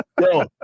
Yo